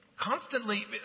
constantly